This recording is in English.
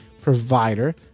provider